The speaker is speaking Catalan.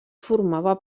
formava